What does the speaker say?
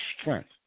strength